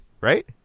right